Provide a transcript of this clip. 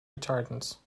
retardants